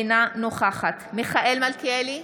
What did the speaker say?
אינה נוכחת מיכאל מלכיאלי,